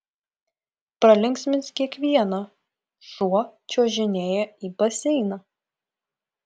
pralinksmins kiekvieną šuo čiuožinėja į baseiną